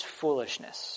foolishness